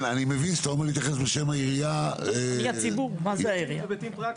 אני מבין שאתה רוצה להתייחס בשם העירייה -- בהיבטים פרקטיים,